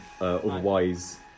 Otherwise